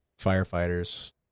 Firefighters